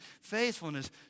faithfulness